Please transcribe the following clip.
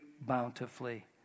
bountifully